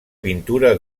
pintura